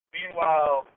Meanwhile